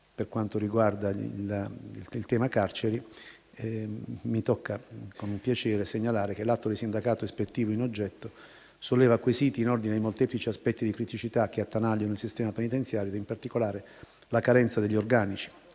per quanto riguarda il tema carceri, segnalo che l'atto di sindacato ispettivo in oggetto solleva quesiti in ordine ai molteplici aspetti di criticità che attanagliano il sistema penitenziario e in particolare la carenza degli organici,